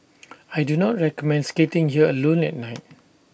I do not recommend skating here alone at night